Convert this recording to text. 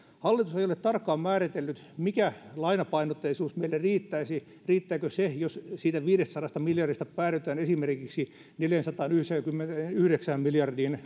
hallitus ei ole tarkkaan määritellyt mikä lainapainotteisuus meille riittäisi riittääkö se jos siitä viidestäsadasta miljardista päädytään esimerkiksi neljänsadanyhdeksänkymmenenyhdeksän miljardin